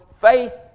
faith